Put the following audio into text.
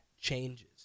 changes